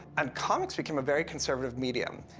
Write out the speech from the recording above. and comics became a very conservative medium.